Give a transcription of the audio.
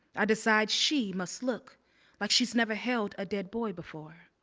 i decide she must look like she's never held a dead boy before.